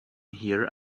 hear